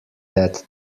that